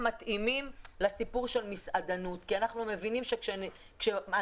מתאים לסיפור של מסעדנות כי אנחנו מבינים שכשאנשים